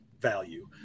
value